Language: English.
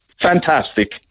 fantastic